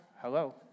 Hello